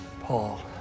Paul